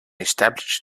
established